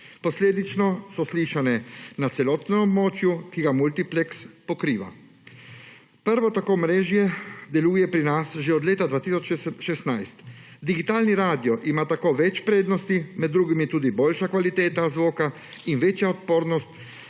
Posledično so slišane na celotnem območju, ki ga multipleks pokriva. Prvo tako omrežje deluje pri nas že od leta 2016. Digitalni radio ima tako več prednosti, med drugimi tudi je tudi boljša kvaliteta zvoka in večja odpornost